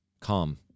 calm